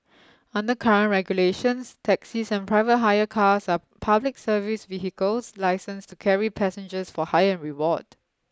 under current regulations taxis and private hire cars are public service vehicles licensed to carry passengers for hire and reward